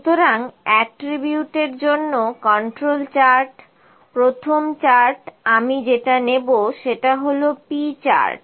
সুতরাং অ্যাট্রিবিউটের জন্য কন্ট্রোল চার্ট প্রথম চার্ট আমি যেটা নেব সেটা হলো P চার্ট